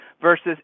versus